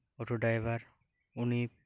auto driver ᱩᱱᱤ